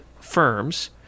firms